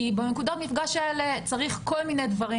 בנקודות המפגש האלה צריך כל מיני דברים.